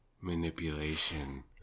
manipulation